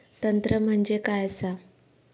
तंत्र म्हणजे काय असा?